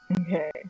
Okay